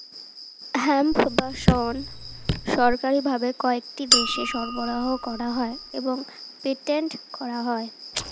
hemp বা শণ সরকারি ভাবে কয়েকটি দেশে সরবরাহ করা হয় এবং পেটেন্ট করা হয়